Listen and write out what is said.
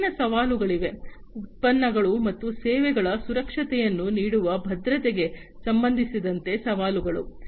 ವಿಭಿನ್ನ ಸವಾಲುಗಳಿವೆ ಉತ್ಪನ್ನಗಳು ಮತ್ತು ಸೇವೆಗಳ ಸುರಕ್ಷತೆಯನ್ನು ನೀಡುವ ಭದ್ರತೆಗೆ ಸಂಬಂಧಿಸಿದಂತೆ ಸವಾಲುಗಳು